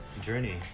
journey